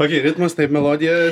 okei ritmas taip melodija